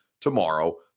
tomorrow